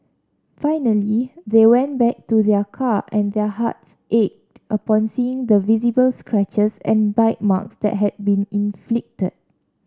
finally they went back to their car and their hearts ached upon seeing the visible scratches and bite marks that had been inflicted